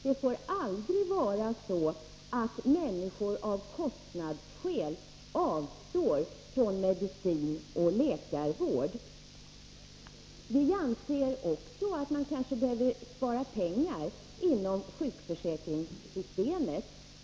Det får aldrig vara så, att människor av kostnadsskäl avstår från medicin och läkarvård. Vi anser också att man kanske behöver spara pengar inom sjukförsäkringssystemet.